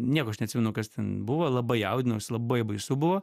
nieko aš neatsimenu kas ten buvo labai jaudinausi labai baisu buvo